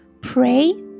pray